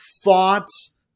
thoughts